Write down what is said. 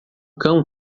cão